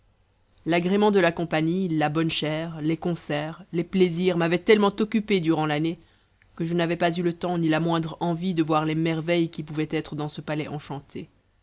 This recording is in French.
l'agrément de la compagnie la bonne chère les concerts les plaisirs m'avaient tellement occupé durant l'année que je n'avais pas eu le temps ni la moindre envie de voir les merveilles qui pouvaient être dans ce palais enchanté